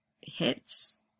hits